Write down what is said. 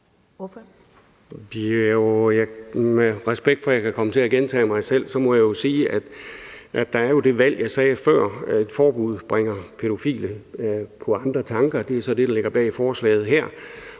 Med forbehold for, at jeg kan komme til at gentage mig selv, så må jeg sige, at der, som jeg nævnte før, er den mulighed, at et forbud bringer pædofile på andre tanker – det er så det, der ligger bag forslaget her